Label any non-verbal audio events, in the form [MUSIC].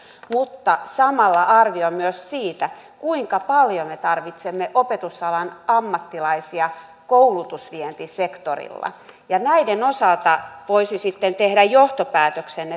vaan samalla arvio myös siitä kuinka paljon me tarvitsemme opetusalan ammattilaisia koulutusvientisektorilla näiden osalta voisi sitten tehdä johtopäätöksen [UNINTELLIGIBLE]